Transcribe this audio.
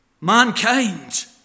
Mankind